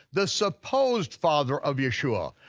the supposed father of yeshua,